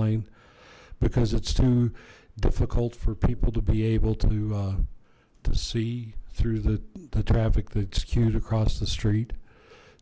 lane because it's too difficult for people to be able to see through the the traffic that skewed across the street